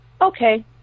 okay